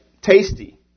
tasty